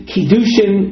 Kiddushin